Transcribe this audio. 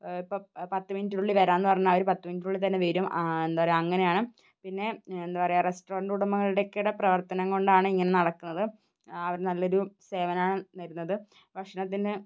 ഇപ്പം പത്ത് മിനുറ്റിനുള്ളിൽ വരാം എന്നു പറഞ്ഞാൽ അവർ പത്ത് മിനുട്ടിനുള്ളിൽ തന്നെ വരും എന്താ പറയുക അങ്ങനെയാണ് പിന്നെ എന്താ പറയുക റെസ്റ്റോറന്റ് ഉടമകളുടെയൊക്കെ പ്രവർത്തനം കൊണ്ടാണ് ഇങ്ങനെ നടക്കുന്നത് അവരു നല്ലൊരു സേവനമാണ് തരുന്നത് ഭക്ഷണത്തിന്